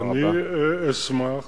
אני אשמח